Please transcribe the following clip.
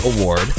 award